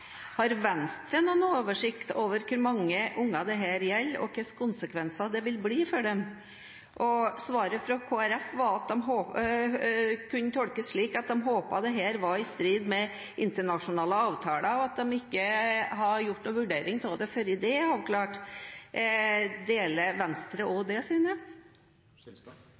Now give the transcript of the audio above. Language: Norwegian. Har Venstre noen oversikt over hvor mange unger dette gjelder, og hvilke konsekvenser dette vil ha for dem? Svaret fra Kristelig Folkeparti kunne tolkes slik at de håpet at dette var i strid med internasjonale avtaler, og at de ikke har gjort noen vurdering av det før det er avklart. Deler Venstre også det synet? Fra talerstolen i sted sa representanten Greni at det